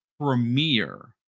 premier